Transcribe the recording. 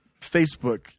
Facebook